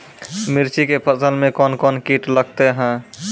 मिर्ची के फसल मे कौन कौन कीट लगते हैं?